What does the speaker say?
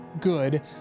good